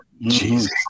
Jesus